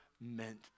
meant